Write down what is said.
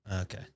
Okay